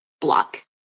block